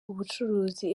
ubucuruzi